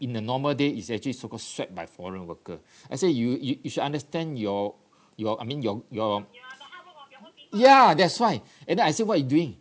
in the normal day is actually so call swept by foreign worker I say you you you should understand your your I mean your your ya that's why and then I say what are you doing